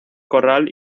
corral